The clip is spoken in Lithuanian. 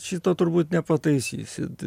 šito turbūt nepataisysit